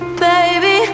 baby